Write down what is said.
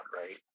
right